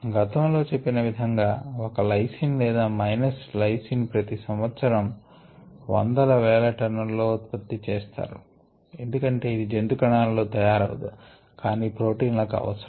గతం లో చెప్పిన విధం గా 1 లైసిన్ లేదా మైనస్ లైసిన్ ప్రతి సంవత్సరం వందల వేల టన్నులలో ఉత్పత్తి చేస్తారు ఎందుకంటే ఇది జంతు కణాలలో తయారవదు కానీ ప్రొటీన్లకు అవసరము